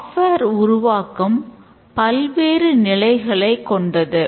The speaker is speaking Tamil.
சாஃப்ட்வேர் உருவாக்கம் பல்வேறு நிலைகளைக் கொண்டது